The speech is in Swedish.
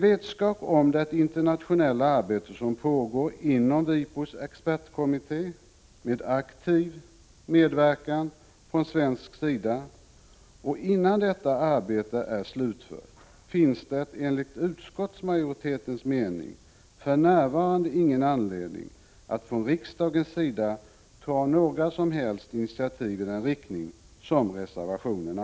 Innan det internationella arbete som pågår inom WIPO:s expertkommitté — med aktiv medverkan från svensk sida — är slutfört, finns det enligt utskottsmajoritetens mening för närvarande ingen anledning att från riksdagens sida ta några som helst initiativ i den riktning som anvisas i reservationen.